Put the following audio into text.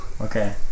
Okay